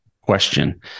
question